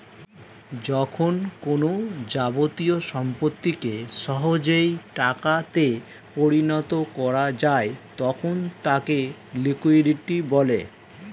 যখন কোনো যাবতীয় সম্পত্তিকে সহজেই টাকা তে পরিণত করা যায় তখন তাকে লিকুইডিটি বলে